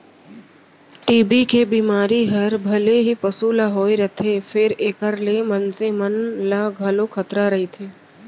TB के बेमारी हर भले ही पसु ल होए रथे फेर एकर ले मनसे मन ल घलौ खतरा रइथे